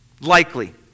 likely